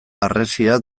harresia